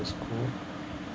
school